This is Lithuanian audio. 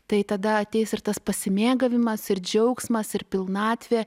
tai tada ateis ir tas pasimėgavimas ir džiaugsmas ir pilnatvė